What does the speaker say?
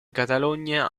catalogna